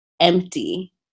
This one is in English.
empty